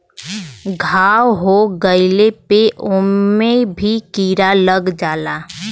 घाव हो गइले पे ओमे भी कीरा लग जाला